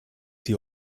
hier